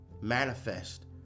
Manifest